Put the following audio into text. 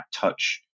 touch